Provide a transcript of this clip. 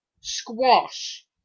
Squash